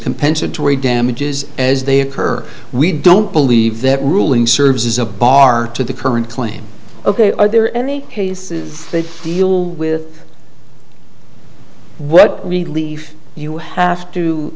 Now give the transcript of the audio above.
compensatory damages as they occur we don't believe that ruling serves as a bar to the current claim ok are there any case that deal with what relief you have to